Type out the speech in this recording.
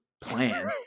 plan